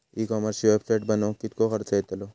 E कॉमर्सची website बनवक किततो खर्च येतलो?